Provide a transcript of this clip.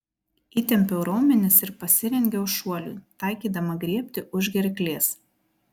įtempiau raumenis ir pasirengiau šuoliui taikydama griebti už gerklės